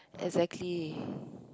exactly